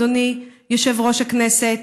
אדוני יושב-ראש הכנסת,